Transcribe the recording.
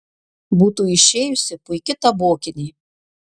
būtų išėjusi puiki tabokinė